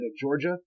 Georgia